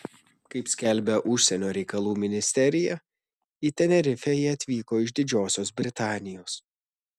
kaip skelbia užsienio reikalų ministerija į tenerifę jie atvyko iš didžiosios britanijos